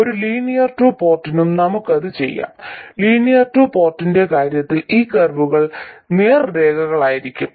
ഒരു linear two പോർട്ടിനും നമുക്കത് ചെയ്യാം ലീനിയർ ടു പോർട്ടിന്റെ കാര്യത്തിൽ ഈ കർവുകൾ നേർരേഖകളായിരിക്കും